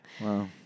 Wow